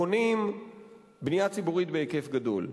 בונים בנייה ציבורית בהיקף גדול.